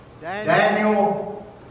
Daniel